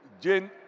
Jane